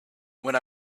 when